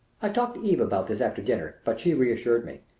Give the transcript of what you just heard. i talked to eve about this after dinner but she reassured me.